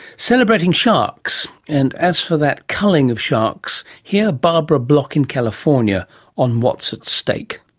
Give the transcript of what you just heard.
celebrating sharks. and as for that culling of sharks, hear barbara block in california on what's at stake.